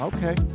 Okay